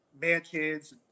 mansions